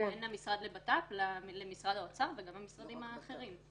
בין המשרד לבט"פ למשרד האוצר, וגם המשרדים האחרים.